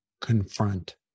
confront